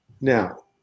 now